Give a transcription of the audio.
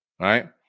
Right